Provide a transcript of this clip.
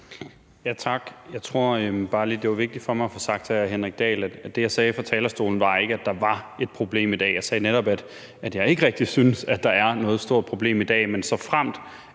Tak. Jeg tror bare lige, det var vigtigt for mig at få sagt til hr. Henrik Dahl, at det, jeg sagde fra talerstolen, ikke var, at der var et problem i dag. Jeg sagde netop, at jeg ikke rigtig synes, der er noget stort problem i dag. Men såfremt